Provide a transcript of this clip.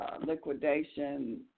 liquidation